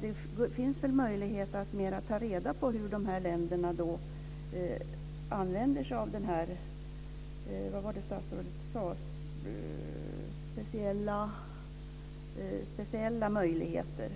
Det finns väl möjlighet att ta reda på mer om hur de här länderna använder sig av den här speciella möjligheten